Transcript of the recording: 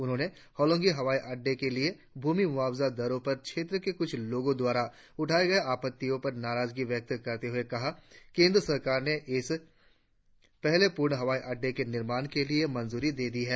उन्होंने होलंगी हवाई अड्डे के लिए भूमि मुआवजा दरों पर क्षेत्र के कुछ लोगों द्वारा उठाए गए आपत्तियों पर नाराजगी व्यक्त करते हुए कहा केंद्र सरकार ने इस पहले पूर्ण हवाई अड़डे के निर्माण के लिए मंजूरी दे दी है